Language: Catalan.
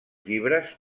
llibres